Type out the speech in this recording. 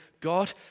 God